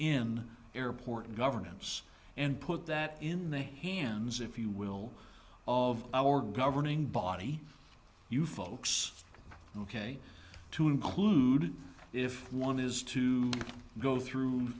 in airport governance and put that in the hands if you will of our governing body you folks ok to include if one is to go